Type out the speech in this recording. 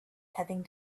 having